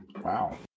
Wow